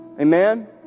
Amen